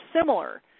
similar